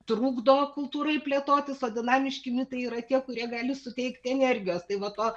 trukdo kultūrai plėtotis o dinamiški mitai yra tie kurie gali suteikti energijos tai va to